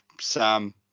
sam